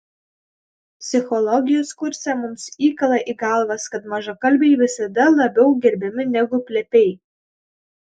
psichologijos kurse mums įkala į galvas kad mažakalbiai visada labiau gerbiami negu plepiai